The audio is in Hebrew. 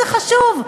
זה חשוב,